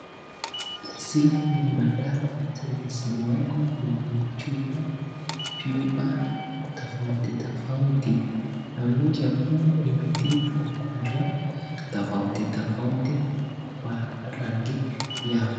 Hizi ni madawa zenye zimewekwa kwenye vyuba tofauti tofauti inaonyesha kuwa inatibu magonjwa tofauti tofauti kwa rangi yao.